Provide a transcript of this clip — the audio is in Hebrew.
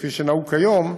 כפי שנהוג כיום,